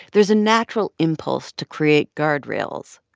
there's a natural impulse to create guardrails.